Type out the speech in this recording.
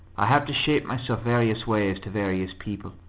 i have to shape myself various ways to various people.